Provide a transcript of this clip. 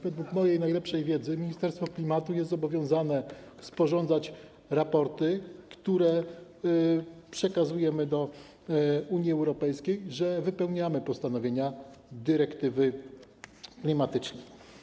Według mojej najlepszej wiedzy Ministerstwo Klimatu jest zobowiązane sporządzać raporty, które przekazujemy do Unii Europejskiej, że wypełniamy postanowienia dyrektywy klimatycznej.